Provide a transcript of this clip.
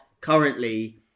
currently